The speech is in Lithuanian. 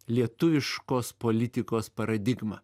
lietuviškos politikos paradigmą